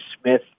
Smith